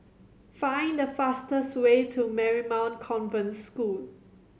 find the fastest way to Marymount Convent School